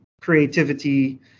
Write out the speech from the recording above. creativity